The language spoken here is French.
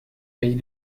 pays